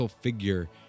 figure